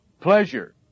Pleasure